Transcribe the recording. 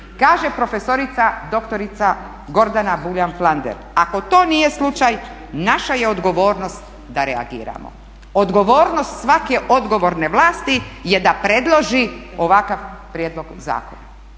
Kaže prof.dr. Gordana Buljan Flander: ako to nije slučaj, naša je odgovornost da reagiramo. Odgovornost svake odgovorne vlasti je da predloži ovakav prijedlog zakona